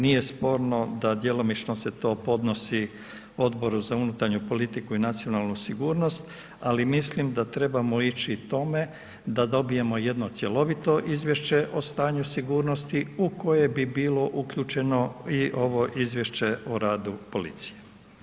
Nije sporno da djelomično se to podnosi Odboru za unutarnju politiku i nacionalnu sigurnost, ali mislim da trebamo ići tome da dobijemo jedno cjelovito izvješće o stanju sigurnosti u koje bi bilo uključeno i ovo izvješće o radu policije.